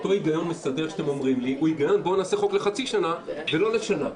אותו היגיון שאתם אומרים לי הוא היגיון לחוקק חוק לחצי שנה ולא לשנה.